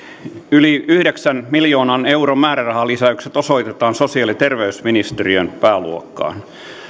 yli yhdeksän miljoonan euron määrärahalisäykset osoitetaan sosiaali ja terveysministeriön pääluokkaan